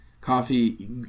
coffee